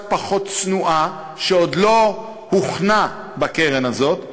פחות צנועה שעוד לא הוכנה בקרן הזאת,